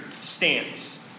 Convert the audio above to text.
stance